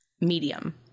medium